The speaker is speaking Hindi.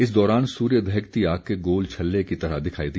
इस दौरान सूर्य दहकती आग के गोल छल्ले की तरह दिखाई दिया